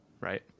right